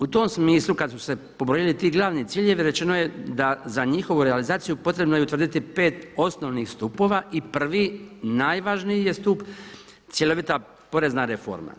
U tom smislu kad su se pobrojili ti glavni ciljevi rečeno je da za njihovu realizaciju potrebno je utvrditi 5 osnovnih stupova i prvi najvažniji je stup cjelovita porezna reforma.